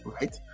right